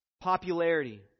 Popularity